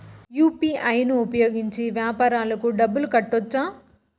UPI ను ఉపయోగించి వ్యాపారాలకు డబ్బులు కట్టొచ్చా?